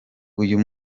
uyu